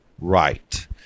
right